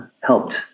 helped